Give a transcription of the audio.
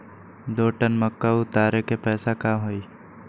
दो टन मक्का उतारे के पैसा का होई?